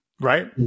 right